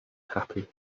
happy